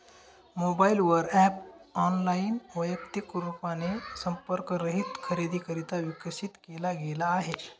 mobile वर app online, वैयक्तिक रूपाने संपर्क रहित खरेदीकरिता विकसित केला गेला आहे